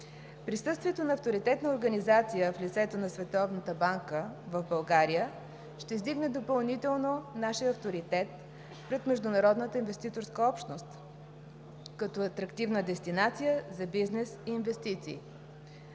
Присъствието на авторитетна организация в лицето на Световната банка в България ще издигне допълнително нашия авторитет пред международната инвеститорска общност като атрактивна дестинация за бизнес инвестиции.